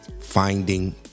Finding